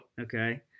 Okay